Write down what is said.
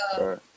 right